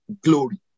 glory